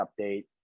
update